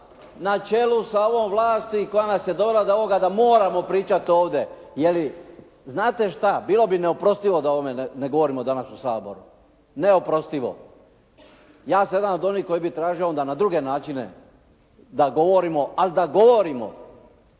na čelu sa ovom vlasti koja nas je dovela do ovoga da moramo pričati ovdje. Znate šta, bilo bi neoprostivo da o ovome ne govorimo danas u Saboru. Neoprostivo. Ja sam jedan od onih koji bi tražio onda na druge načine da govorimo, ali da govorimo.